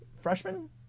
freshman